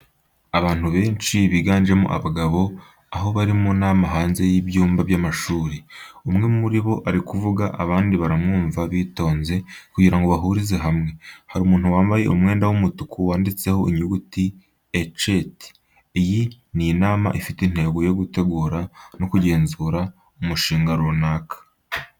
Abantu benshi biganjemo abagabo, aho bari mu nama hanze y'ibyumba by'amashuri. Umwe muri bo ari kuvuga abandi baramwumva bitonze kugira ngo bahurize hamwe. Hari umuntu wambaye umwenda w'umutuku wanditseho inyuguti ECET. Iyi ni inama ifite intego yo gutegura no kugenzura umushinga runaka.